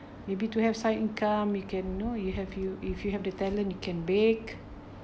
maybe to have side income you can know you have you if you have the talent you can bake